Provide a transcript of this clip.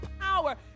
power